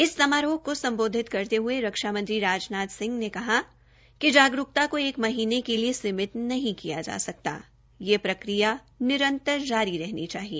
इस समारोह को सम्बोधित करते हये रक्षा मंत्री राजनाथ सिंह ने कहा कि जागरूक्ता को एक महीने के लिए सीमित नहीं किया जा सकता यह प्रक्रिया निरंतर जारी रहनी चाहिए